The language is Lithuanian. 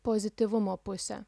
pozityvumo pusė